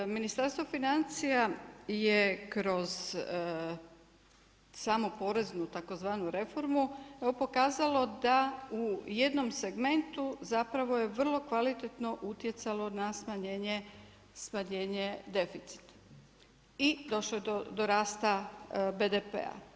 Evo, dakle, Ministarstvo financija je kroz samo poreznu tzv. reformu pokazalo da u jednom segmentu zapravo je vrlo kvalitetno utjecalo na smanjenje deficita i došlo je do rasta BDP-a.